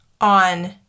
on